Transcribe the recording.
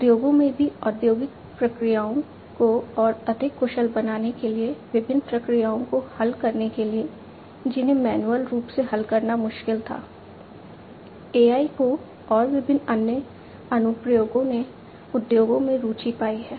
उद्योगों में भी औद्योगिक प्रक्रियाओं को और अधिक कुशल बनाने के लिए विभिन्न प्रक्रियाओं को हल करने के लिए जिन्हें मैन्युअल रूप से हल करना मुश्किल था AI को और विभिन्न अन्य अनुप्रयोगों ने उद्योगों में रुचि पाई है